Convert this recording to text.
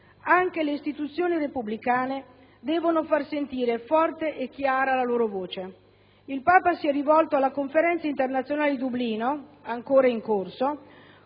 Anche le istituzioni repubblicane debbono far sentire forte e chiara la loro voce. II Papa si è rivolto alla Conferenza internazionale di Dublino, ancora in corso,